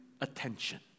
attention